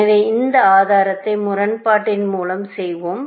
எனவே இந்த ஆதாரத்தை முரண்பாட்டின் மூலம் செய்வோம்